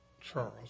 Charles